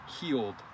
healed